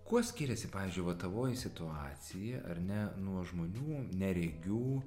kuo skiriasi pavyzdžiui va tavoji situacija ar ne nuo žmonių neregių